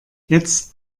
jetzt